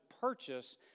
purchase